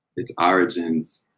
its origins,